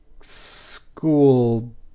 School